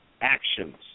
actions